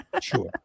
sure